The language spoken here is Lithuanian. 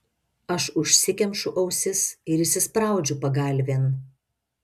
aš užsikemšu ausis ir įsispraudžiu pagalvėn